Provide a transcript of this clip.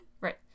Right